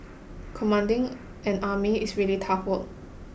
commanding an army is really tough work